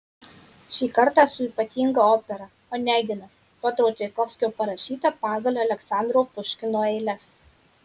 šį kartą su ypatinga opera oneginas piotro čaikovskio parašyta pagal aleksandro puškino eiles